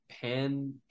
Pan